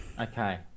Okay